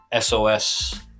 SOS